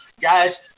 guys